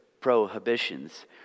prohibitions